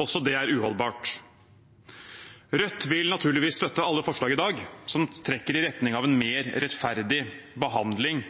Også det er uholdbart. Rødt vil naturligvis støtte alle forslag i dag som trekker i retning av en mer rettferdig behandling